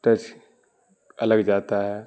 touch الگ جاتا ہے